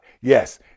Yes